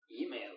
Email